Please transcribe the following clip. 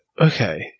Okay